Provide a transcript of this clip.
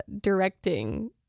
directing